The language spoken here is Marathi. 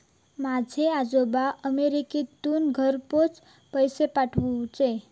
माझे आजोबा अमेरिकेतसून घरपोच पैसे पाठवूचे